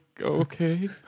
okay